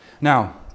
Now